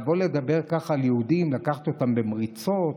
לבוא לדבר ככה על יהודים, לקחת אותם במריצות